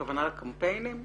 הכוונה לקמפיינים?